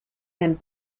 and